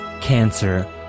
Cancer